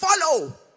follow